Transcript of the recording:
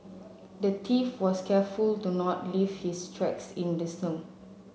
the thief was careful to not leave his tracks in the snow